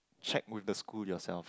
check with the school yourself